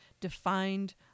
defined